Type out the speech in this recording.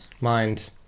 Mind